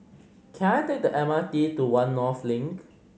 can I take the M R T to One North Link